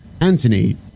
Anthony